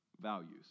values